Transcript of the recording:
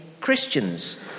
Christians